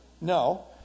No